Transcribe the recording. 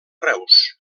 reus